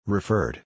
Referred